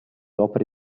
opere